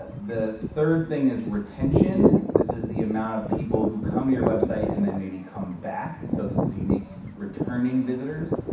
but the third thing is retention. this is the amount of people who come to your website, and then maybe come back. so this is the unique returning visitors.